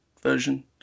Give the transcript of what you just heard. version